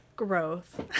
Growth